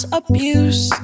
abuse